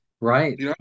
Right